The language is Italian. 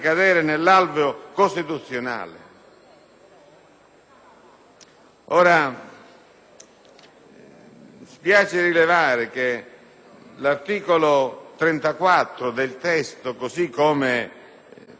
Ora, spiace rilevare che l'articolo 34 del testo proposto dalle Commissioni